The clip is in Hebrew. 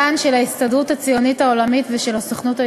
ודווקא בהקשר הביטחוני צריך לחייב את התיעוד החזותי